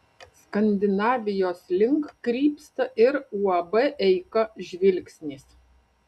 skandinavijos link krypsta ir uab eika žvilgsnis